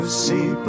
see